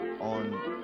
on